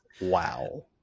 Wow